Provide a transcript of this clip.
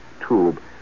tube